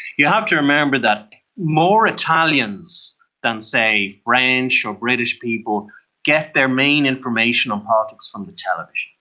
you have to remember that more italians than, say, french or british people get their main information on politics from the television.